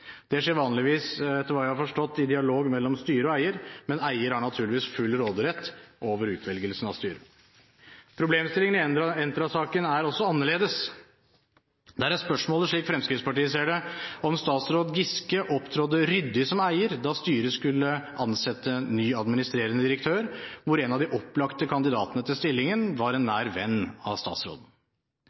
Det skjer vanligvis, etter hva jeg har forstått, i dialog mellom styret og eier, men eier har naturligvis full råderett over utvelgelsen av styret. Problemstillingen i Entra-saken er også annerledes. Der er spørsmålet, slik Fremskrittspartiet ser det, om statsråd Giske opptrådte ryddig som eier da styret skulle ansette ny administrerende direktør, hvor en av de opplagte kandidatene til stillingen var en nær venn av statsråden.